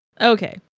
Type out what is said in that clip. okay